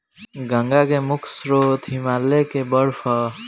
गंगा के मुख्य स्रोत हिमालय के बर्फ ह